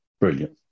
Brilliant